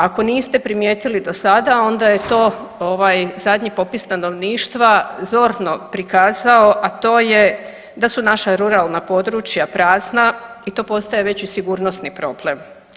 Ako niste primijetili do sada onda je to ovaj zadnji popis stanovništva zorno prikazao, a to je da su naša ruralna područja prazna i to postaje već i sigurnosni problem.